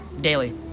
Daily